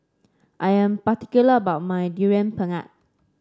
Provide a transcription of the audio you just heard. I am particular about my Durian Pengat